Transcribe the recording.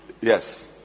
Yes